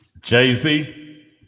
Jay-Z